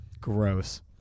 Gross